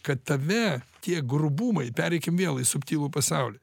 kad tame tie grubumai pereikim vėl į subtilų pasaulį